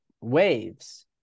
waves